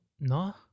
no